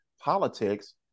politics